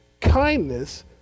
kindness